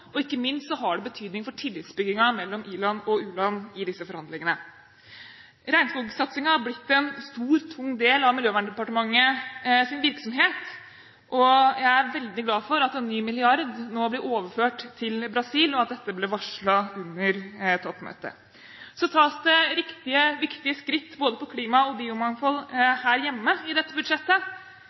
og ikke minst har det betydning for tillitsbyggingen mellom i-land og u-land i disse forhandlingene. Regnskogsatsingen er blitt en stor og tung del av Miljøverndepartementets virksomhet, og jeg er veldig glad for at en ny milliard nå blir overført til Brasil, og at dette ble varslet under toppmøtet. Så tas det riktige og viktige skritt på både klima- og biomangfoldsområdet her hjemme i dette budsjettet.